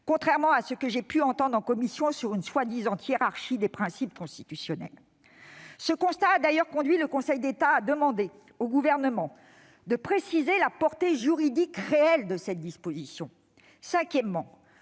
contrairement à ce que j'ai pu entendre en commission sur une prétendue hiérarchie des principes constitutionnels. Ce constat a d'ailleurs conduit le Conseil d'État à demander au Gouvernement de préciser la portée juridique réelle de la disposition qu'il